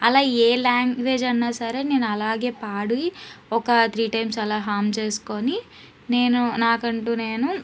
అలా ఏ లాంగ్వేజన్నా సరే నేనలాగే పాడి ఒక త్రీ టైమ్స్ అలా హాం చేసుకొని నేను నాకంటూ నేను